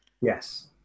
Yes